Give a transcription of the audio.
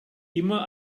immer